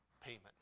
payment